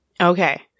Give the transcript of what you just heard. Okay